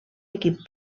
equip